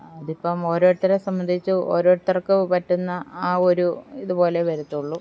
ആ അതിപ്പോള് ഓരോരുത്തരെ സംബന്ധിച്ച് ഓരോരുത്തർക്ക് പറ്റുന്ന ആ ഒരു ഇതുപോലെ വരത്തുള്ളൂ